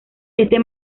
este